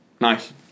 Nice